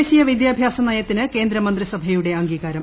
ദേശീയ വിദ്യാഭ്യാസ നയത്തിന് കേന്ദ്രമന്ത്രിസഭയുടെ ന് അംഗീകാരം